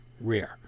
rare